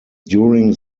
during